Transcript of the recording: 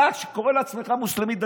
אתה, שקורא לעצמך מוסלמי דתי.